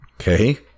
Okay